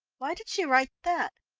why did she write that?